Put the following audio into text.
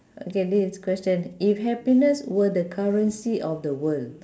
okay this question if happiness were the currency of the world